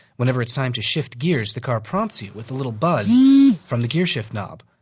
whenever it's time to shift gears, the car prompts you with a little buzz from the gearshift knob.